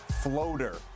floater